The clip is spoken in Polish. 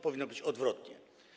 Powinno być odwrotnie.